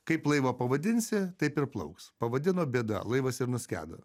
kaip laivą pavadinsi taip ir plauks pavadino bėda laivas ir nuskendo